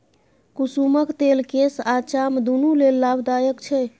कुसुमक तेल केस आ चाम दुनु लेल लाभदायक छै